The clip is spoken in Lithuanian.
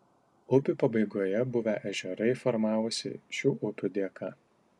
upių pabaigoje buvę ežerai formavosi šių upių dėka